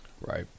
Right